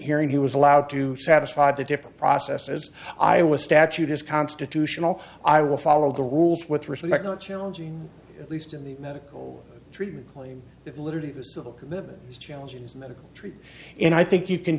hearing he was allowed to satisfy the different processes i was statute is constitutional i will follow the rules with respect not challenging at least in the medical treatment claim that literally the civil commitment is challenges medical treatment and i think you can